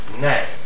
name